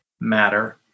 matter